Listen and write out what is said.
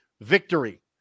victory